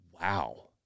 wow